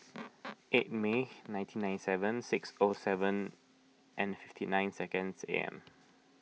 eight May nineteen ninety seven six four seven and fifty nine seconds A M